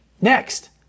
Next